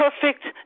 perfect